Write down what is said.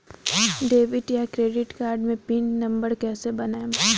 Debit या credit card मे pin number कैसे बनाएम?